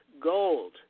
gold